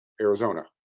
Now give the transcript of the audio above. Arizona